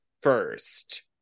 first